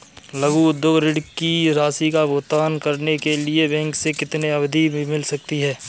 लघु उद्योग ऋण की राशि का भुगतान करने के लिए बैंक से कितनी अवधि मिल सकती है?